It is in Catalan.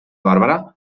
bàrbara